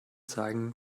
zeigen